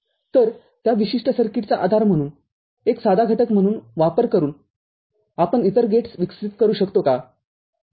तर त्या विशिष्ट सर्किटचा आधार म्हणून एक साधा घटक म्हणून वापर करूनआपण इतर गेट्स विकसित करू शकतो का